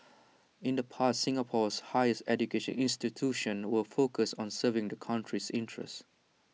in the past Singapore's higher education institutions were focused on serving the country's interests